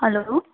hello